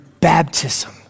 baptism